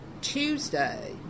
Tuesday